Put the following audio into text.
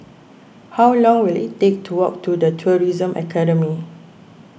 how long will it take to walk to the Tourism Academy